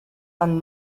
and